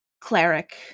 cleric